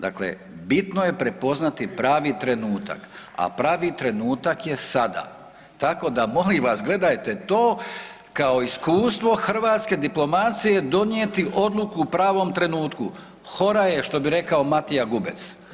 Dakle bitno je prepoznati pravi trenutak, a pravi trenutak je sada, tako da molim vas gledajte to kao iskustvo hrvatske diplomacije donijeti odluku u pravom trenutku „hora je“ što bi rekao Matija Gubec.